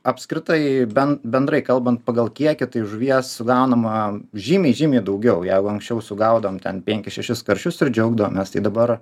apskritai bent bendrai kalbant pagal kiekį tai žuvies sugaunama žymiai žymiai daugiau jeigu anksčiau sugaudavom ten penkis šešis karšius ir džiaugdavomės tai dabar